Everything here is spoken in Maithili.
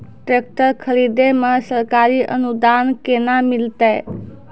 टेकटर खरीदै मे सरकारी अनुदान केना मिलतै?